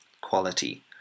quality